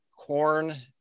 corn